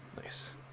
Nice